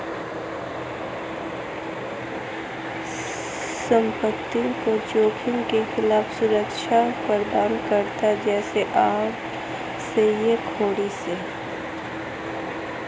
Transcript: बीमा करने की पात्रता क्या है?